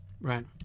right